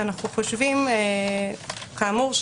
אנו חושבים כאמור,